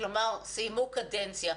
כלומר סיימו קדנציה.